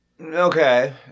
Okay